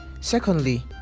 secondly